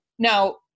Now